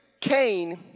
Cain